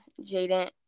Jaden